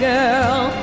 girl